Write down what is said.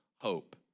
hope